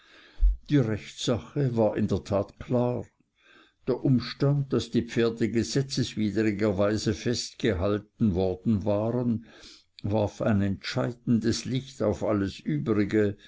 die rechtssache war in der tat klar der umstand daß die pferde gesetzwidriger weise festgehalten worden waren warf ein entscheidendes licht auf alles übrige